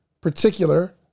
particular